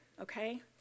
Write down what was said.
okay